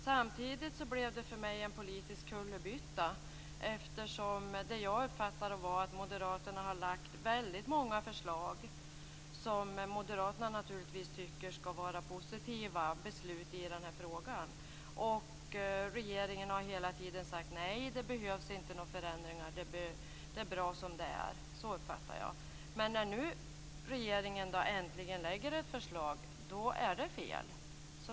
Samtidigt blev det för mig en politisk kullerbytta, eftersom jag uppfattade att Moderaterna har väckt väldigt många förslag som de naturligtvis tycker skall leda till positiva beslut i denna fråga. Regeringen har hela tiden sagt nej, det behövs inte några förändringar, det är bra som det är. Så uppfattar jag detta. Men när regeringen nu äntligen lägger fram ett förslag så är det fel.